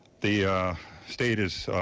the state is